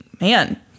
Man